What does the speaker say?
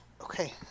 Okay